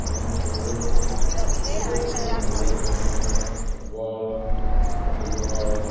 game favourite favourite game हे favourite गेम्यो football volleyball